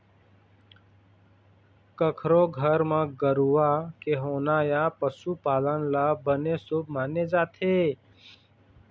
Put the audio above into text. कखरो घर म गरूवा के होना या पशु पालन ल बने शुभ माने जाथे